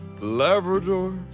Labrador